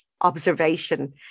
observation